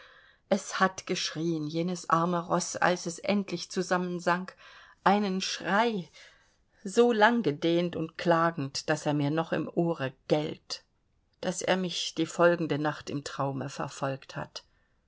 es hat geschrien jenes arme roß als es endlich zusammensank einen schrei so langgedehnt und klagend daß er mir noch im ohre gellt daß er mich die folgende nacht im traume verfolgt hat